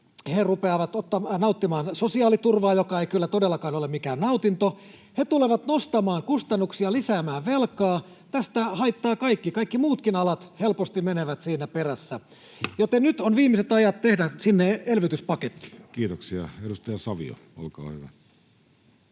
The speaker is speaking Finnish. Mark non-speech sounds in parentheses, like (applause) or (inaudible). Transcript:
he rupeavat nauttimaan sosiaaliturvaa — joka ei kyllä todellakaan ole mikään nautinto —, he tulevat nostamaan kustannuksia, lisäämään velkaa. Tämä haittaa kaikkia, kaikki muutkin alat helposti menevät siinä perässä, (noise) joten nyt on viimeiset ajat tehdä sinne elvytyspaketti. [Speech 65] Speaker: